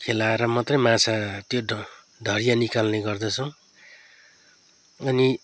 खेलाएर मात्रै माछा त्यो ढ ढडिया निकाल्ने गर्दछौँ अनि